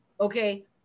okay